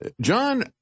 John